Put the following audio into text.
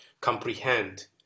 comprehend